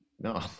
No